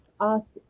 ask